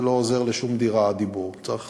הדיבור לא עוזר לשום דירה, צריך